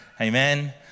Amen